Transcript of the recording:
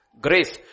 Grace